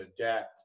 adapt